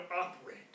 operate